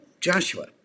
Joshua